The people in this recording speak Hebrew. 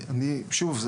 שוב,